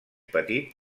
petit